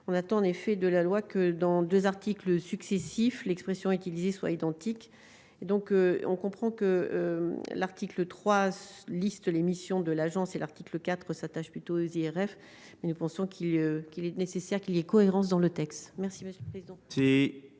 on attend en effet de la loi que dans 2 articles successifs l'expression utilisée soit identique et donc on comprend que l'article 3 listes, les missions de l'agence et l'article IV s'attache plutôt aux IRF mais nous pensons qu'il qu'il est nécessaire qu'il y a cohérence dans le texte, merci monsieur le président.